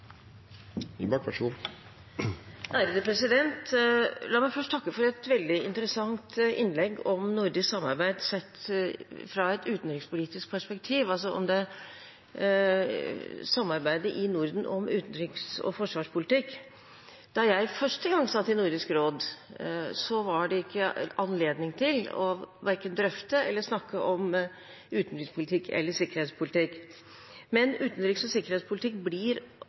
La meg først takke for et veldig interessant innlegg om nordisk samarbeid sett fra et utenrikspolitisk perspektiv, altså om samarbeidet i Norden om utenriks- og forsvarspolitikk. Da jeg første gang satt i Nordisk råd, var det ikke anledning til verken å drøfte eller snakke om utenrikspolitikk eller sikkerhetspolitikk. Men utenriks- og sikkerhetspolitikk blir